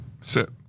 sit